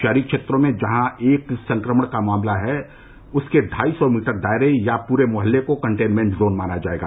शहरी क्षेत्रों में जहां एक संक्रमण का मामला है उसके ढाई सौ मीटर दायरे या पूरे मुहल्ले को कंटेनमेन्ट जोन माना जाएगा